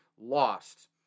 lost